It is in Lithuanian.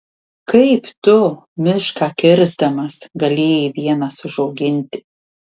kaip tu mišką kirsdamas galėjai vienas užauginti